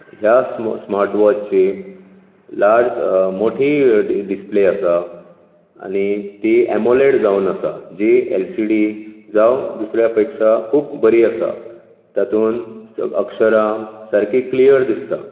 ह्या स्मार्ट वॉचीक लार्ज मोठी डिस्प्ले आसा आनी ती एमोलेड जावन आसा जी एल सी डी जावं दुसऱ्या पेक्षा खूब बरी आसा तातूंत अक्षरां सारकी क्लियर दिसतात